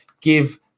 give